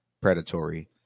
predatory